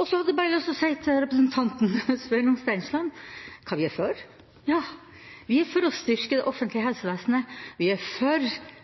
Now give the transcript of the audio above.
Så er det bare å si til representanten Sveinung Stensland hva vi er for: Vi er for å styrke det offentlige helsevesenet, vi er for